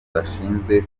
bashinzwe